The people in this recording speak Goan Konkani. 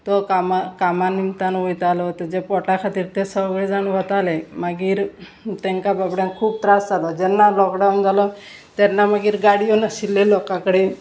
तो कामा कामा निमतान वयतालो तेजे पोटा खातीर ते सगळे जाण वताले मागीर तेंकां बाबड्यांक खूब त्रास जालो जेन्ना लॉकडावन जालो तेन्ना मागीर गाडयो नाशिल्ल्यो लोकां कडेन